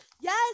yes